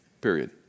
Period